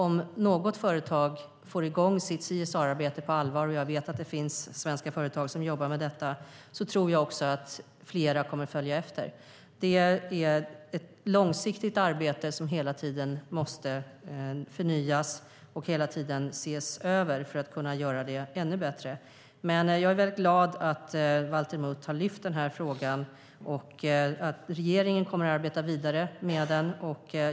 Om något företag får i gång sitt CSR-arbete på allvar - jag vet att det finns svenska företag som jobbar med detta - tror jag också att fler kommer att följa efter. Det är ett långsiktigt arbete som hela tiden måste förnyas och ses över för att kunna bli ännu bättre. Jag är väldigt glad att Valter Mutt har lyft upp den här frågan. Regeringen kommer att arbeta vidare med den.